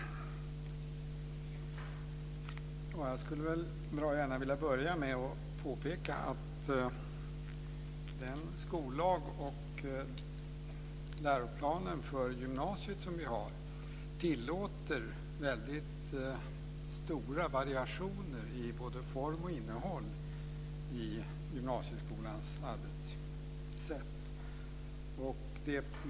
Herr talman! Jag skulle bra gärna vilja börja med att påpeka att den skollag och den läroplan för gymnasiet som vi har tillåter väldigt stora variationer i både form och innehåll i gymnasieskolans arbetssätt.